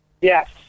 Yes